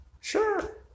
Sure